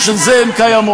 בשביל זה הן קיימות.